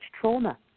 trauma